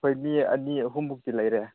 ꯑꯩꯈꯣꯏ ꯃꯤ ꯑꯅꯤ ꯑꯍꯨꯝꯃꯨꯛꯇꯤ ꯂꯩꯔꯦ